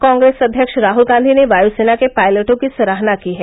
कांग्रेस अध्यक्ष राहुल गांधी ने वायुसेना के पायलटों की सराहना की है